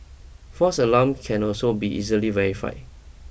false alarm can also be easily verified